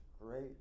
great